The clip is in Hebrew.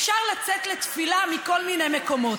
אפשר לצאת לתפילה מכל מיני מקומות,